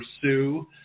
pursue